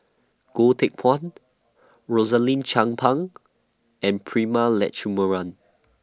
Goh Teck Phuan Rosaline Chan Pang and Prema Letchumanan